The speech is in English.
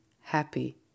happy